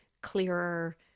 clearer